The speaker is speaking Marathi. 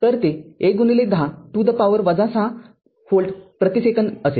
तरते ११० to the power ६० व्होल्ट प्रति सेकंद असेल